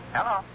Hello